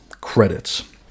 credits